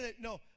No